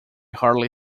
hardly